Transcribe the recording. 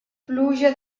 pluja